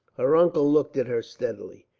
her uncle looked at her steadily.